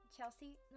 Chelsea